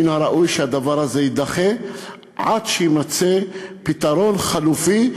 מן הראוי שהדבר הזה יידחה עד שיימצא פתרון חלופי לבית-הכנסת.